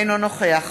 אינו נוכח